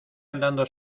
andando